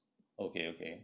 okay okay